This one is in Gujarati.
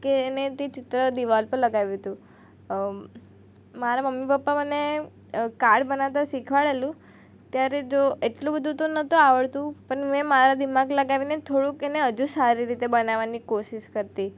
કે એણે તે ચિત્ર દીવાલ પર લગાવ્યું હતું મારા મમ્મી પપ્પા મને કાડ બનાવતા શીખવાડેલું ત્યારે જો એટલું બધુ તો નહોતું આવડતું પણ મેં મારા દિમાગ લગાવીને થોડુંક એને હજુ સારી રીતે બનાવવાની કોશિશ કરતી